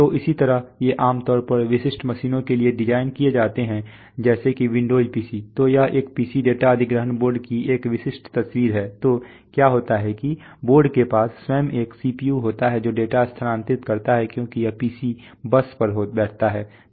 तो इसी तरह ये आम तौर पर विशिष्ट मशीनों के लिए डिज़ाइन किए जाते हैं जैसे कि विंडोज पीसी तो यह एक PC डेटा अधिग्रहण बोर्ड की एक विशिष्ट तस्वीर है तो क्या होता है कि बोर्ड के पास स्वयं एक CPU होता है जो डेटा स्थानांतरित करता है क्योंकि यह PC बस पर बैठता है